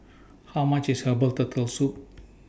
How much IS Herbal Turtle Soup